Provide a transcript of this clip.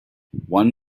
one